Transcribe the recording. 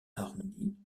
arrondi